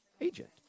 agent